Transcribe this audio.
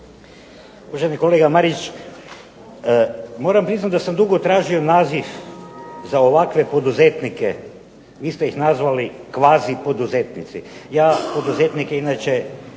rada)** Kolega Marić, moram priznati da sam dugo tražio naziv za ovakve poduzetnike. Vi ste ih nazvali kvazi poduzetnici. Ja poduzetnike inače